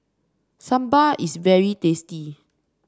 sambar is very tasty